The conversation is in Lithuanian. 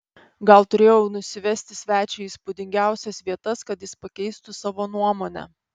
gal turėjau nusivesti svečią į įspūdingiausias vietas kad jis pakeistų savo nuomonę